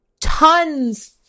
tons